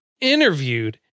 interviewed